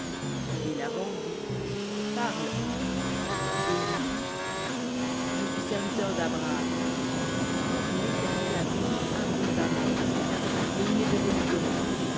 et dit parle et il dit je suis serviteur dabraham or l'éternel a béni abondamment mon seigneur et il est devenu grand